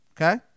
Okay